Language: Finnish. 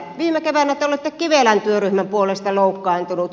viime keväänä te olitte kivelän työryhmän puolesta loukkaantunut